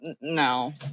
No